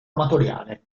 amatoriale